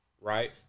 Right